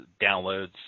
downloads